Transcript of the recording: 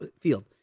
field